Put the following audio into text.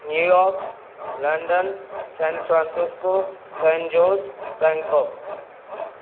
New York London San Francisco San Jose Bangkok